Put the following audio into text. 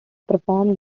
performed